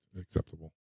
acceptable